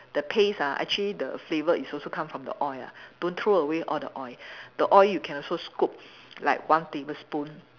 the paste ah actually the flavour is also come from the oil don't throw away all the oil the oil you can also scoop like one tablespoon